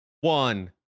one